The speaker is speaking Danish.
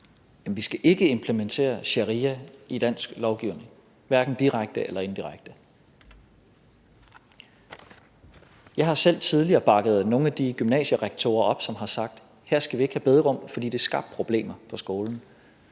Vi skal ikke implementere sharia i dansk lovgivning, hverken direkte eller indirekte. Jeg har selv tidligere bakket nogle af de gymnasierektorer op, som har sagt: Her skal vi ikke have bederum. For det skabte problemer på skolen.